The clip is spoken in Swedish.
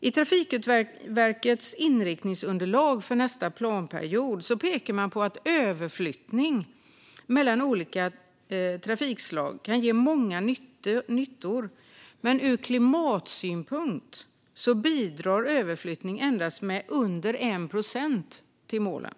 I Trafikverkets inriktningsunderlag för nästa planperiod pekar man på att överflyttning mellan olika trafikslag kan ge många nyttor, men ur klimatsynpunkt bidrar överflyttning endast med mindre än 1 procent till målen.